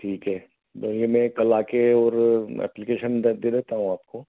ठीक है देखिए मैं कल आकर और ऐप्लकैशन द दे देता हूँ आपको